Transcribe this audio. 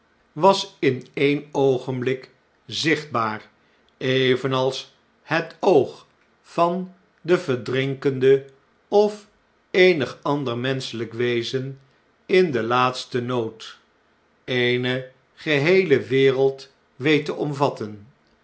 was in een oogenblik zichtbaar evenals het oog van den verdrinkende ofeenig ander menscheln'k wezen in den laatsten nood eene geheele wereld weet te omvatten